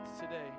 today